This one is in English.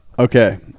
Okay